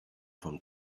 von